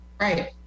Right